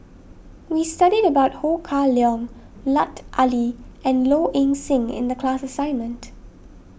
we studied about Ho Kah Leong Lut Ali and Low Ing Sing in the class assignment